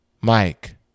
Mike